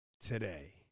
today